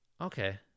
okay